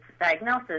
diagnosis